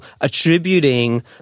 attributing